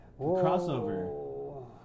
crossover